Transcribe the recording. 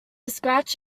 scratch